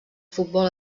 futbol